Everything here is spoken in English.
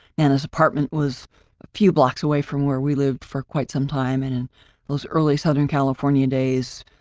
and his apartment was a few blocks away from where we lived for quite some time and in those early southern california days,